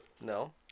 No